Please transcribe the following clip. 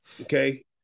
okay